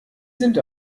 sind